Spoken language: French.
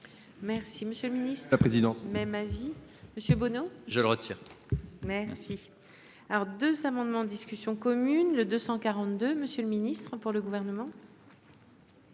Merci monsieur le ministre-président même avis monsieur Bono je le retire. Merci. Alors 2 amendements en discussion commune le 242. Monsieur le Ministre, pour le gouvernement.